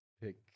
pick